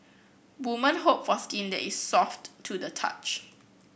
women hope for skin that is soft to the touch